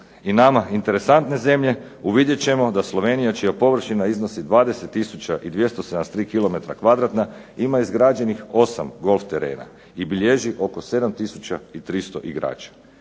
i nama interesantne zemlje uvidjet ćemo da Slovenija čija površina iznosi 20273 km2 ima izgrađenih 8 golf terena i bilježi oko 7300 igrača.